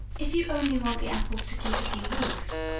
if you only want the apples to keep a few weeks,